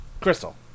Crystal